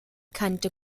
kannte